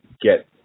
get